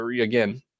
again